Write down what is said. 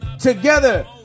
together